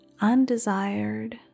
undesired